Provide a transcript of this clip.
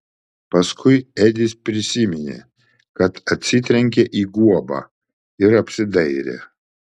paskui edis prisiminė kad atsitrenkė į guobą ir apsidairė